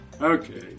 Okay